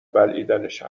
بلعیدنش